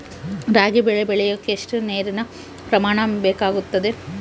ರಾಗಿ ಬೆಳೆ ಬೆಳೆಯೋಕೆ ಎಷ್ಟು ನೇರಿನ ಪ್ರಮಾಣ ಬೇಕಾಗುತ್ತದೆ?